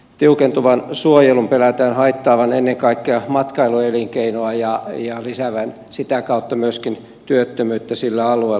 tiukentuvan suojelun pelätään haittaavan ennen kaikkea matkailuelinkeinoa ja lisäävän sitä kautta myöskin työttömyyttä sillä alueella